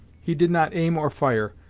he did not aim or fire,